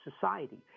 society